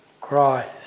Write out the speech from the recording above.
Christ